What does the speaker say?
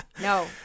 no